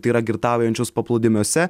tai yra girtaujančius paplūdimiuose